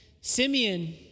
Simeon